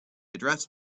address